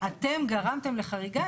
אתם גרמתם לחריגה.